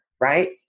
right